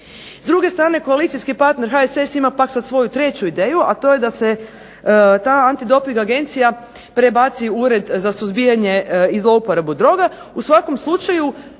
S druge strane koalicijski partner HSS ima pak sad svoju treću ideju, a to je da se ta antidoping agencija prebaci u Ured za suzbijanje i zlouporabu droga.